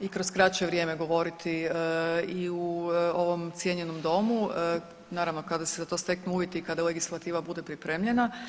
i kroz kraće vrijeme govoriti i u ovom cijenjenom domu naravno kada se za to steknu uvjeti i kada legislativa bude pripremljena.